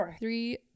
Three